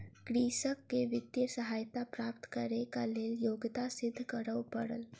कृषक के वित्तीय सहायता प्राप्त करैक लेल योग्यता सिद्ध करअ पड़ल